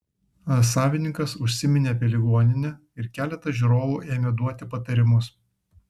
savininkas užsiminė apie ligoninę ir keletas žiūrovų ėmė duoti patarimus